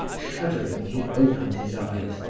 shuddering, he opened his eyes.